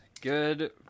Good